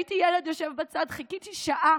ראיתי ילד יושב בצד, וחיכיתי שעה